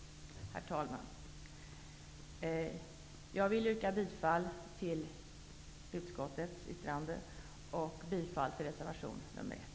Herr talman! Jag yrkar bifall till reservation nr 1